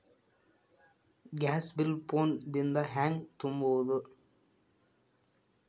Gas bill phone ದಿಂದ ಹ್ಯಾಂಗ ತುಂಬುವುದು?